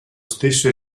stesso